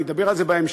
אני אדבר על זה בהמשך.